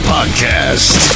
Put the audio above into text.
Podcast